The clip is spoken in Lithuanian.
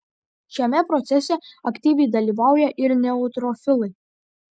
šiame procese aktyviai dalyvauja ir neutrofilai